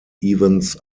evans